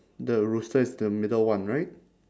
the rooster is the middle one right